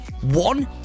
One